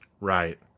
right